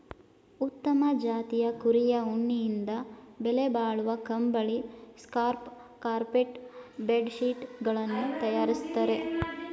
ಉತ್ತಮ ಜಾತಿಯ ಕುರಿಯ ಉಣ್ಣೆಯಿಂದ ಬೆಲೆಬಾಳುವ ಕಂಬಳಿ, ಸ್ಕಾರ್ಫ್ ಕಾರ್ಪೆಟ್ ಬೆಡ್ ಶೀಟ್ ಗಳನ್ನು ತರಯಾರಿಸ್ತರೆ